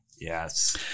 Yes